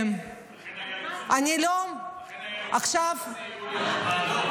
--- על מה את מדברת?